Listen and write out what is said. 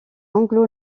anglo